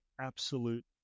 absolute